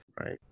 Right